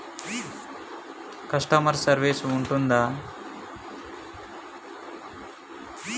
Customer service ఉంటుందా?